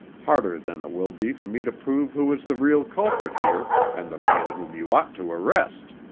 harder than it will be for me to prove who is the real culprit here and the man whom you ought to arrest.